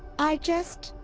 i just.